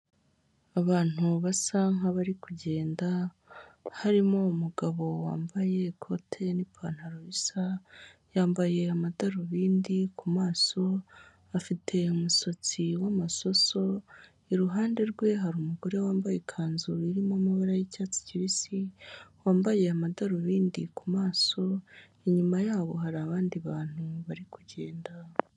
Abantu basa nk'abari kugenda harimo umugabo wambaye ikote n'ipantaro bisa, yambaye amadarubindi ku maso afite umusatsi w'amasaso, iruhande rwe hari umugore wambaye ikanzu irimo amabara y'icyatsi kibisi, wambaye amadarubindi ku maso, inyuma yabo hari abandi bantu bari kugenda.